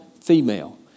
female